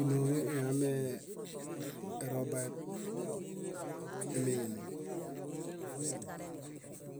Ínoohe iɦamero baeb imieŋemieŋ: